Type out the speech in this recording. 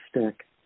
Stick